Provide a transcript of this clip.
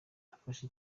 nafashe